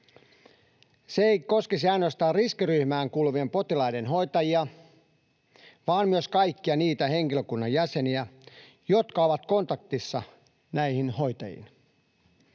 Se ei koskisi ainoastaan riskiryhmään kuuluvien potilaiden hoitajia vaan myös kaikkia niitä henkilökunnan jäseniä, jotka ovat kontaktissa näihin hoitajiin.